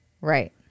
Right